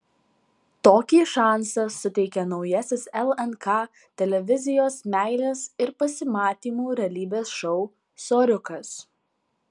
tokį šansą suteikia naujasis lnk televizijos meilės ir pasimatymų realybės šou soriukas